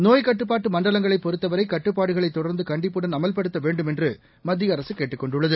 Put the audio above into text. நோய்க் ட்டுப்பாட்டுமண்டலங்களைப் பொறுத்தவரைகட்டுப்பாடுகளைதொடர்ந்துகண்டிப்புடன் அமல்படுத்தவேண்டும் என்றுமத்தியஅரசுகேட்டுக் கொண்டுள்ளது